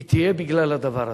היא תהיה בגלל הדבר הזה.